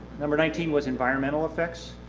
number nineteen was environmental effects.